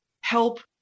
help